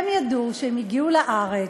הם ידעו כשהם הגיעו לארץ,